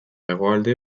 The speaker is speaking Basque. hegoalde